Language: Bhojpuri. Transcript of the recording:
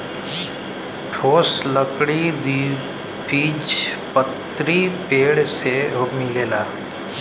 ठोस लकड़ी द्विबीजपत्री पेड़ से मिलेला